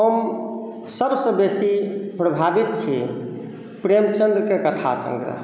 हम सबसे बेसी प्रभावित छी प्रेमचंद्र के कथा संग्रह